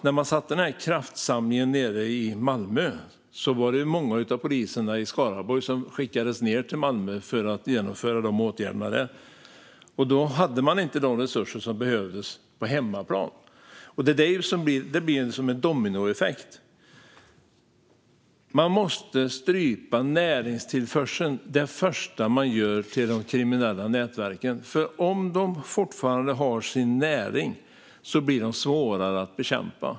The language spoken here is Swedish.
När man gjorde kraftsamlingen nere i Malmö var det många av poliserna i Skaraborg som skickades ned till Malmö för att genomföra dessa åtgärder där. Då hade man inte de resurser som behövdes på hemmaplan, så det blir en dominoeffekt. Man måste det första man gör strypa näringstillförseln till de kriminella nätverken, för om de fortfarande har sin näring blir de svårare att bekämpa.